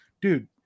dude